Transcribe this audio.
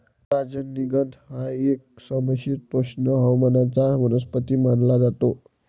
राजनिगंध हा एक समशीतोष्ण हवामानाचा वनस्पती मानला जातो